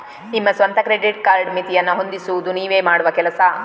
ನಿಮ್ಮ ಸ್ವಂತ credit card ಮಿತಿಯನ್ನ ಹೊಂದಿಸುದು ನೀವೇ ಮಾಡುವ ಕೆಲಸ